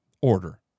order